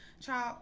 Child